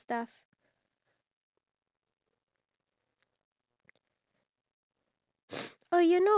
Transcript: like you know how the uh gamers do it when they upload videos then you know they will show like